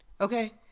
Okay